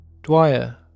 Dwyer